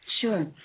Sure